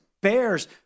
Bears